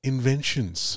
inventions